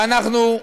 ואנחנו,